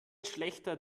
schlechter